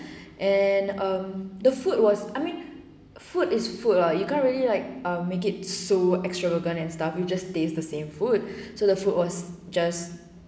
and um the food was I mean food is food lah you can't really like ah make it so extravagant and stuff you just taste the same food so the food was just